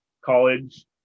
College